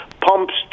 pumps